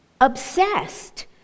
Obsessed